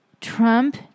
Trump